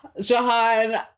Jahan